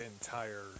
entire